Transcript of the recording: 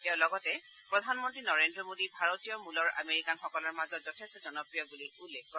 তেওঁ লগতে প্ৰধানমন্ত্ৰী নৰেন্দ্ৰ মোডী ভাৰতীয় মূলৰ আমেৰিকানসকলৰ মাজত যথেষ্ট জনপ্ৰিয় বুলি উল্লেখ কৰে